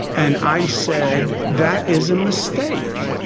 and i said, that is a mistake.